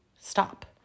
stop